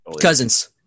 Cousins